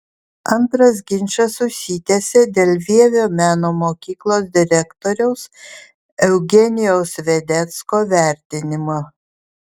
antras ginčas užsitęsė dėl vievio meno mokyklos direktoriaus eugenijaus vedecko vertinimo